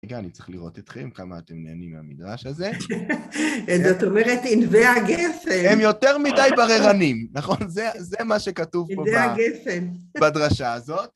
רגע, אני צריך לראות אתכם כמה אתם נהנים מהמדרש הזה. זאת אומרת, ענבי הגפן. הם יותר מדי בררנים, נכון? זה מה שכתוב פה, ענבי הגפן, בדרשה הזאת.